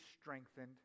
strengthened